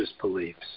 beliefs